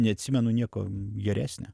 neatsimenu nieko geresnio